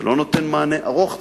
זה לא נותן מענה ארוך טווח,